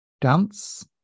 dance